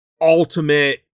ultimate